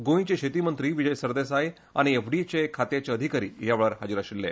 गोंयचे शेती मंत्री विजय सरदेसाय आनी एफडीए खात्याचे अधिकारी ह्या वेळार हाजीर आशिल्ले